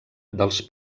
dels